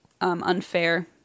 unfair